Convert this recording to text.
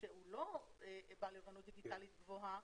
שהוא לא בעל אוריינות דיגיטלית גבוהה,